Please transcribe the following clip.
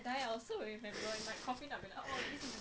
oh my god oh my god